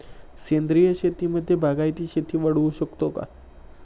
सेंद्रिय शेतीमध्ये बागायती शेती वाढवू शकतो का?